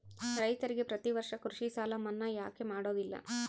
ರೈತರಿಗೆ ಪ್ರತಿ ವರ್ಷ ಕೃಷಿ ಸಾಲ ಮನ್ನಾ ಯಾಕೆ ಮಾಡೋದಿಲ್ಲ?